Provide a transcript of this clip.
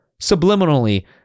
subliminally